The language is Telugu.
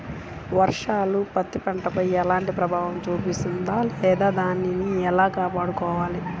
వర్షాలు పత్తి పంటపై ఎలాంటి ప్రభావం చూపిస్తుంద లేదా దానిని ఎలా కాపాడుకోవాలి?